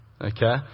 Okay